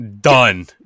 Done